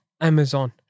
Amazon